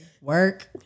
work